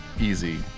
easy